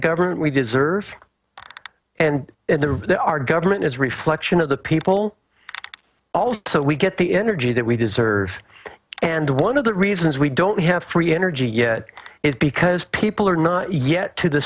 government we deserve and our government is a reflection of the people also we get the energy that we deserve and one of the reasons we don't have free energy yet is because people are not yet to the